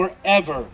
forever